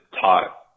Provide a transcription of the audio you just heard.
taught